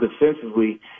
defensively